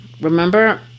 Remember